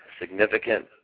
significant